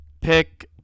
pick